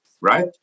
right